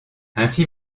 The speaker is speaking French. ainsi